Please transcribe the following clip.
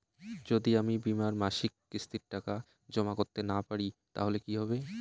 যদি আমি বীমার মাসিক কিস্তির টাকা জমা করতে না পারি তাহলে কি হবে?